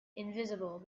invisible